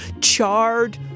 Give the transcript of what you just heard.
charred